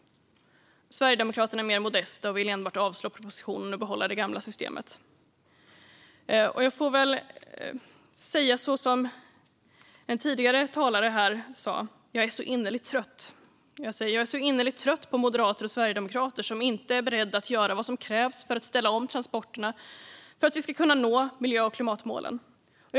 Sverigedemokraterna är mer modesta och vill enbart avslå propositionen och behålla det gamla systemet. Jag får väl säga som en tidigare talare här sa: Jag är så innerligt trött på moderater och sverigedemokrater som inte är beredda att göra vad som krävs för att ställa om transporterna för att vi ska kunna nå miljö och klimatmålen. Fru talman!